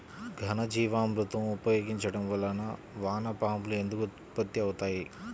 ఘనజీవామృతం ఉపయోగించటం వలన వాన పాములు ఎందుకు ఉత్పత్తి అవుతాయి?